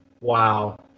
wow